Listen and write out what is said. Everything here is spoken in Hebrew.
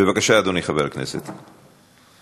בבקשה, חבר הכנסת אורן אסף חזן,